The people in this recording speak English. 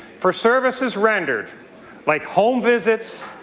for services rendered like home visits,